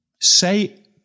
Say